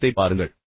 காரணத்தைப் பாருங்கள்